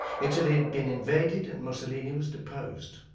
italy had been invaded and mussolini was deposed.